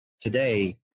Today